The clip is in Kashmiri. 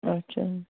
اَچھا